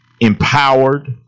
empowered